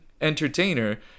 entertainer